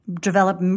develop